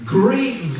great